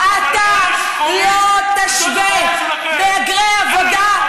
אתה לא תשווה מהגרי עבודה,